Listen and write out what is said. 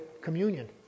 communion